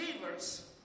believers